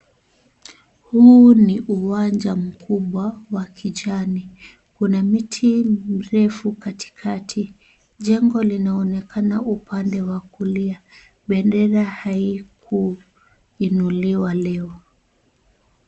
Huu ni uwanja mkubwa wa kichani, kuna miti mirefu katikati jengo linaonekana upande wa kulia bendera haikuinuliwa leo.